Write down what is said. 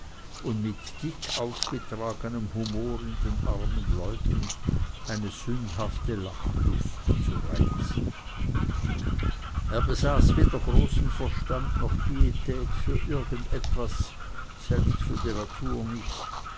und mit dick aufgetragenem humor in den armen leuten eine sündhafte lachlust zu reizen er besaß weder großen verstand noch pietät für irgend etwas selbst für die natur nicht